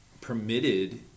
permitted